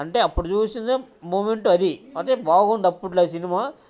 అంటే అప్పుడు చూసిన మూమెంట్ అది బాగుంది అప్పట్లో సినిమా